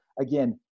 again